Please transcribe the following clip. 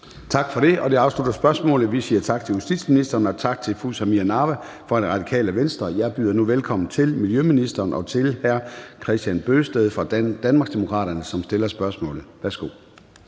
Tak for det, og det afslutter spørgsmålet. Vi siger tak til justitsministeren og tak til fru Samira Nawa fra Radikale Venstre. Jeg byder nu velkommen til miljøministeren og til hr. Kristian Bøgsted fra Danmarksdemokraterne, som stiller spørgsmålet. Kl.